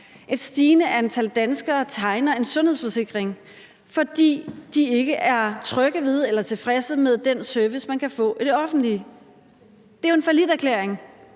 Et stigende antal danskere tegner en sundhedsforsikring, fordi de ikke er trygge ved eller tilfredse med den service, man kan få i det offentlige. Det er jo en falliterklæring.